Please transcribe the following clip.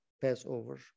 Passover